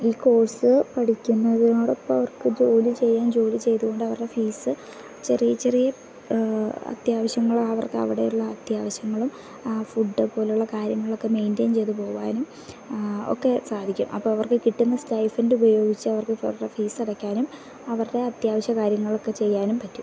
ഈ കോഴ്സ് പഠിക്കുന്നതിനോടൊപ്പം അവർക്ക് ജോലി ചെയ്യാൻ ജോലി ചെയ്തുകൊണ്ട് അവരുടെ ഫീസ് ചെറിയ ചെറിയ അത്യാവശ്യങ്ങൾ അവർക്ക് അവിടെയുള്ള അത്യാവശ്യങ്ങളും ഫുഡ് പോലെയുള്ള കാര്യങ്ങളൊക്കെ മെയിൻ്റെയിൻ ചെയ്തു പോവാനും ഒക്കെ സാധിക്കും അപ്പം അവർക്ക് കിട്ടുന്ന സ്റ്റൈഫൻ്റ് ഉയോഗിച്ചു അവർക്ക് അവരുടെ ഫീസ് അടയ്ക്കാനും അവരുടെ അത്യാവശ്യ കാര്യങ്ങളൊക്കെ ചെയ്യാനും പറ്റും